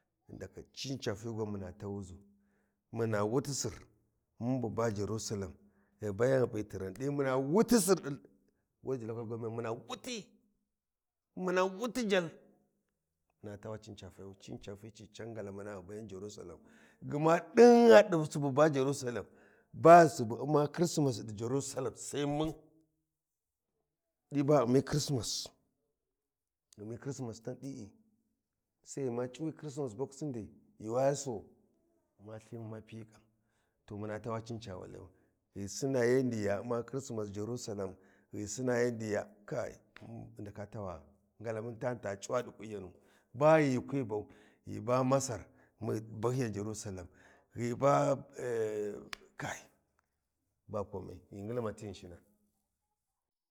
Cini ca fi gwan muna tawu ʒu muna wuti Sir, mun bu ba Jarusalem ghi bayan ghi pi tiran ɗi muna wut Sir, waji Local Government muna wuti, wuna wuti njal muna tawa cini ca fayu cini ca fai ci cayan ngalamuna cini ca fai ghi bayan. Jarusalem gma ɗin gha suba ba Jarusalem babu subu Umma chrisima Jarusalem sai mun ɗi ba ghu ummi chrismas tan ɗi e, sai ghi ma cuwi chrismas boxing day yuuwaua suwau, ma lthimu ma piyi ƙam to muma tawa cini ca fayu ghi Sina ghi Sina yandi ya Umma Chrismas Jarusalam ghi Sina kai ghu ndaka tawa’a ngalamun tani ta cuwa ɗi kunyaru baghi kwi bau ghi ba Masar bahyi yan Jarusalam ghi ba kai ba komai ghi ngilma to Ghinshina.